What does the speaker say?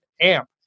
Amp